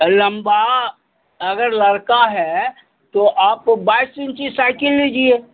लंबा अगर लड़का है तो आपको बाइस इंची साइकल लीजिए